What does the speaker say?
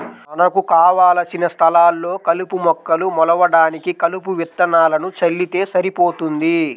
మనకు కావలసిన స్థలాల్లో కలుపు మొక్కలు మొలవడానికి కలుపు విత్తనాలను చల్లితే సరిపోతుంది